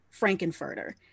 Frankenfurter